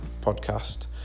podcast